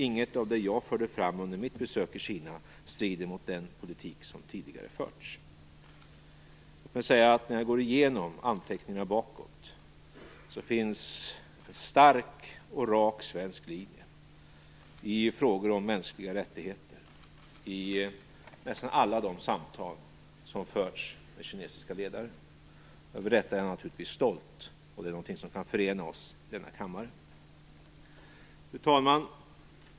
Inget av det jag förde fram under mitt besök i Kina strider mot den politik som tidigare förts. När jag går igenom anteckningarna bakåt finns en stark och rak svensk linje i frågor om mänskliga rättigheter i nästan alla de samtal som förts med kinesiska ledare. Över detta är jag naturligtvis stolt, och det är någonting som kan förena oss i denna kammare. Fru talman!